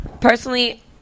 personally